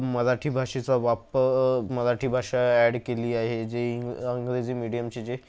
मराठी भाषेचा वापर मराठी भाषा ॲड केली आहे जे इंग अंग्रेजी मीडिअमचे जे